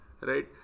Right